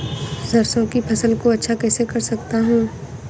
सरसो की फसल को अच्छा कैसे कर सकता हूँ?